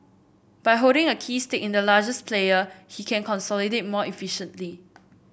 by holding a key stake in the largest player he can consolidate more efficiently